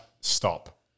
stop